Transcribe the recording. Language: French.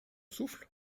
souffle